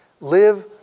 Live